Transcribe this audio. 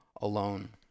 alone